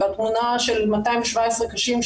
והתמונה של 217 קשים,